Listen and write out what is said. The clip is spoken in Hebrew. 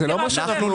היא תרעב ללחם.